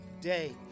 day